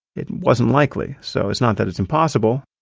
it wasn't likely. so it's not that it's impossible,